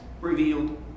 revealed